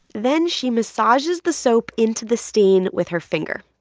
then she massages the soap into the stain with her finger.